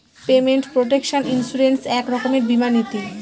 payment protection insurance এক রকমের বীমা নীতি